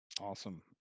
awesome